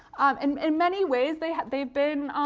and in many ways, they've they've been.